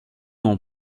non